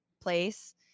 place